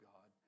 God